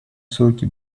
сроки